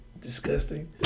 disgusting